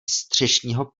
střešního